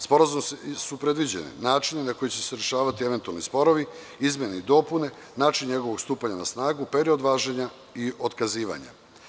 Sporazumom su predviđeni načini na koji će se rešavati eventualni sporovi, izmene i dopune, način njegovog stupanja na snagu, period važenja i otkazivanja.